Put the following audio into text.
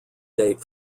date